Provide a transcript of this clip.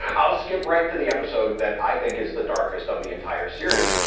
i'll skip right to the episode that i think is the darkest of the entire series,